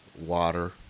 water